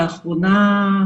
לאחרונה,